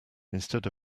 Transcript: instead